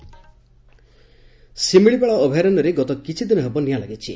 ଶିମିଳିପାଳ ଶିମିଳିପାଳ ଅଭୟାରଣ୍ୟରେ ଗତ କିଛିଦିନ ହେବ ନିଆଁ ଲାଗିଛି